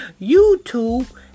YouTube